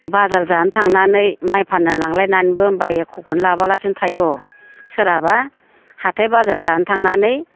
बाजार जानो थांनानै माइ फाननो लांलायनानैबो एख'खौनो लाबोबा लासिनो थाय' सोरहाबा हाथाय बाजार जानो थांनानै